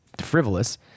frivolous